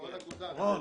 רון.